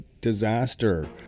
disaster